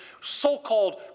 so-called